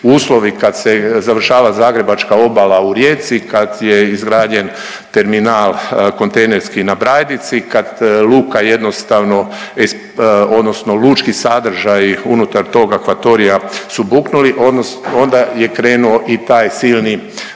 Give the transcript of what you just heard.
uslovi kad se završava zagrebačka obala u Rijeci kad je izgrađen terminal kontejnerski na Brajdici, kad luka jednostavno odnosno lučki sadržaji unutar tog akvatorija su buknuli, onda je krenuo i taj silni